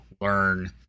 learn